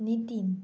Nitin